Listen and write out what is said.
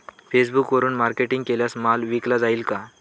फेसबुकवरुन मार्केटिंग केल्यास माल विकला जाईल का?